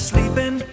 Sleeping